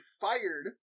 fired